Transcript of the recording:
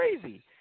crazy